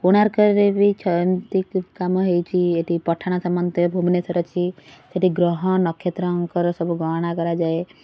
କୋଣାର୍କରେ ବି ଛ ଏମିତି କାମ ହେଇଛି ଏଇଠି ପଠାଣ ସାମନ୍ତ ଭୁବନେଶ୍ୱର ଅଛି ସେଇଠି ଗ୍ରହ ନକ୍ଷତ୍ରଙ୍କର ସବୁ ଗଣନା କରାଯାଏ